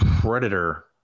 predator